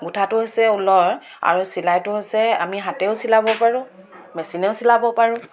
গোঁঠাটো হৈছে ঊলৰ আৰু চিলাইটো হৈছে আমি হাতেৰেও চিলাব পাৰোঁ মেচিনেৰেও চিলাব পাৰোঁ